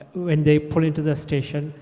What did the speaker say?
when they pull into the station,